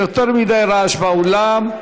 יותר מדי רעש באולם.